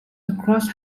across